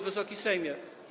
Wysoki Sejmie!